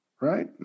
right